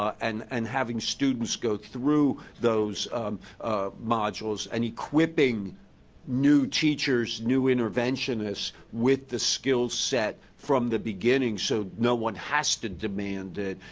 and and having students go through those modules and equipping new teachers, new interventionists with the skill set from the beginning so no one has to demand it,